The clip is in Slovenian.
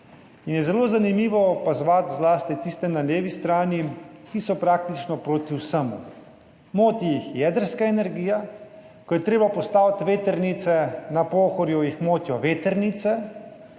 In je zelo zanimivo opazovati zlasti tiste na levi strani, ki so praktično proti vsemu. Moti jih jedrska energija, ko je treba postaviti vetrnice na Pohorju, jih motijo vetrnice,